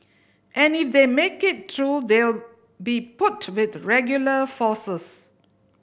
and if they make it through they'll be put with regular forces